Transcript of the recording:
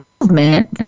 movement